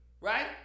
right